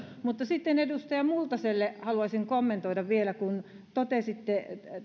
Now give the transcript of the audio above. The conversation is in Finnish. sitten edustaja multalalle haluaisin kommentoida vielä kun totesitte